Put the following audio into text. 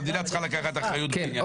המדינה צריכה לקחת אחריות בעניין הזה.